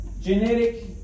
genetic